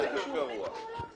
הכול בסדר.